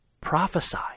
prophesy